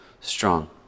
strong